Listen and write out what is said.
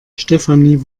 stefanie